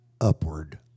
upward